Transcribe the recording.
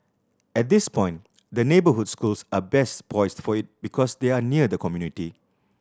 at this point the neighbourhood schools are best poised for it because they are near the community